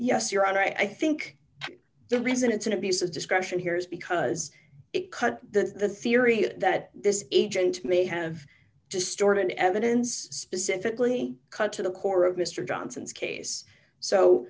yes your honor i think the reason it's an abuse of discretion here is because it cut the theory that this agent may have distorted evidence specifically cut to the core of mr johnson's case so